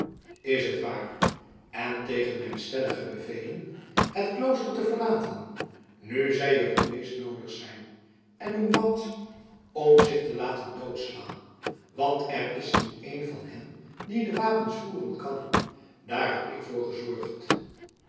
is het waar en tegen mijn stellige bevelen het klooster te verlaten nu zij er het meest noodig zijn en om wat om zich te laten doodslaan want er is niet één van hen die de wapens voeren kan daar heb ik voor gezorgd